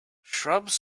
shrubs